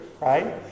right